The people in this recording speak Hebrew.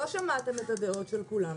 לא שמעת את הדעות של כולם,